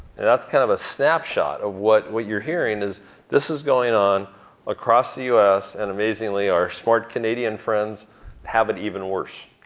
and that's kind of a snapshot of what what you're hearing is this is going on across the us, and amazingly, our smart canadian friends have it even worse.